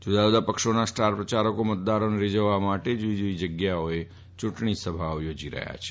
જુદા જુદા પક્ષોના સ્ટાર પ્રચારકો મતદારોને રીઝવવા જુદી જુદી જગ્યાઓએ ચૂંટણી સભાઓ યોજી રહ્યા છે